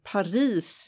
Paris